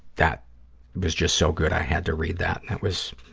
that was just so good, i had to read that. that was,